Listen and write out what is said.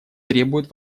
требуют